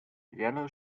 yellow